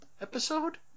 episode